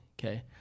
Okay